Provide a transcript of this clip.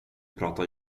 pratar